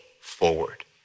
forward